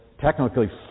technically